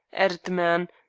added the man,